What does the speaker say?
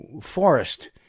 forest